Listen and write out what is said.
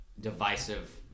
divisive